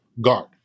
guard